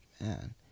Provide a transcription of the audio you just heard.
man